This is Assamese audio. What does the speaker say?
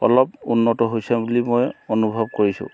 অলপ উন্নত হৈছে বুলি মই অনুভৱ কৰিছোঁ